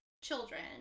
children